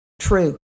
true